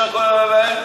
נשאר כל הלילה ער?